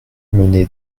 mené